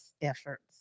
efforts